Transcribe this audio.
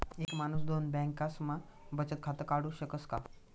एक माणूस दोन बँकास्मा बचत खातं काढु शकस का?